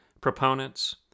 proponents